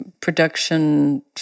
production